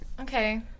Okay